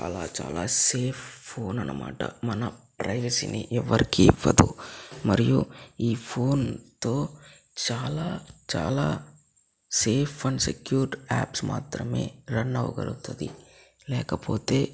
చాలా చాలా safe phone అన్నమాట మన ప్రైవసీని ఎవరికీ ఇవ్వదు మరియు ఈ ఫోన్తో చాలా చాలా సేఫ్ అండ్ సెక్యూర్డ్ యాప్స్ మాత్రమే రన్ అవ్వగలుగుతుంది లేకపోతే